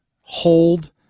Hold